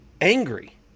angry